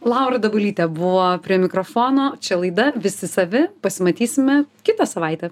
laura dabulytė buvo prie mikrofono čia laida visi savi pasimatysime kitą savaitę